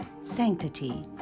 sanctity